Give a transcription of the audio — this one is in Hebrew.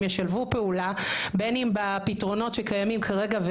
ישלבו פעולה בין אם בפתרונות שקיימים כרגע,